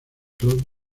cloud